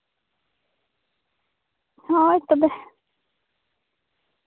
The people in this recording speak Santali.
ᱦᱳᱭ ᱛᱚᱵᱮ